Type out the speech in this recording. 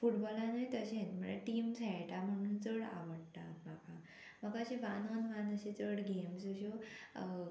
फुटबॉलानूय तशें म्हणल्यार टिम्स खेळटा म्हणून चड आवडटा म्हाका म्हाका अशें वान ऑन वान अशे चड गेम्स अश्यो